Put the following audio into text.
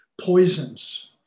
poisons